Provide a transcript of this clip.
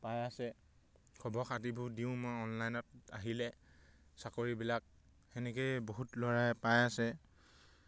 পাই আছে খবৰ খাতিবোৰ দিওঁ মই অনলাইনত আহিলে চাকৰিবিলাক সেনেকৈয়ে বহুত ল'ৰাই পাই আছে